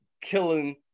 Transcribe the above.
killing